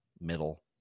middle